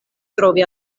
trovi